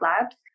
Labs